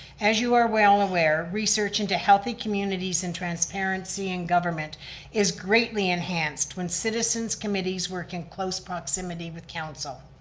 as you are well aware, research into healthy communities in transparency and government is greatly enhanced when citizens committees work in close proximity with council.